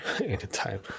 anytime